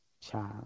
child